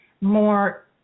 more